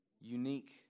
unique